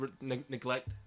neglect